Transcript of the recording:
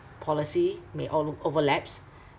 policy may all look overlaps